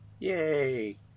Yay